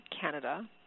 Canada